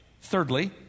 Thirdly